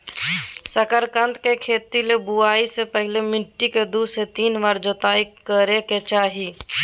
शकरकंद के खेती ले बुआई से पहले मिट्टी के दू से तीन बार जोताई करय के चाही